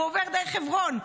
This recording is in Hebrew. הוא עובר דרך חברון,